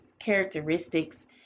characteristics